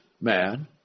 man